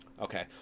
okay